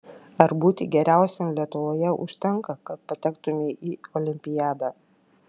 ar būti geriausiam lietuvoje užtenka kad patektumei į olimpiadą